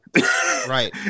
Right